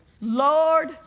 Lord